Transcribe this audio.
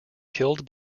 killed